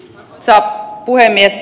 arvoisa puhemies